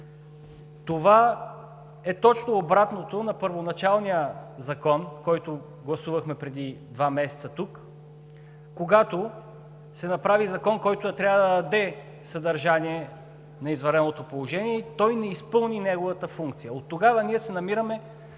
Това е точно обратното на първоначалния закон, който гласувахме преди два месеца тук, когато се направи закон, който трябваше да даде съдържание на извънредното положение и той не изпълни неговата функция. Оттогава ние се намираме